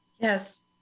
Yes